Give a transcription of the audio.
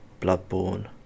Bloodborne